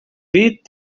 bit